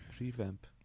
revamp